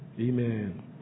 Amen